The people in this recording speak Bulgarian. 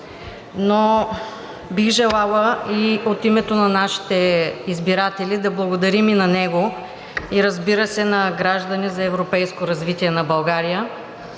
разбира се, и от името на нашите избиратели да благодарим и на него, и разбира се, на „Граждани за европейско развитие на България“